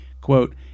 quote